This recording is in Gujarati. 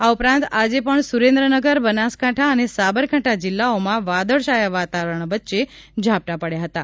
આ ઉપરાંત આજે પણ સુરેન્દ્રનગર બનાસકાંઠા અને સાબરકાંઠા જિલ્લાઓમાં વાદળછાયા વાતાવરણ વચ્ચે ઝાપટાં પડ્યાં હતાં